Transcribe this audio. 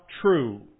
true